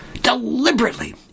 deliberately